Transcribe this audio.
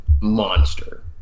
monster